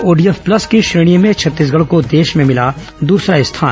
ODF plus की श्रेणी में छत्तीसगढ को देश में मिला दूसरा स्थान